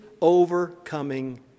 overcoming